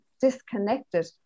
disconnected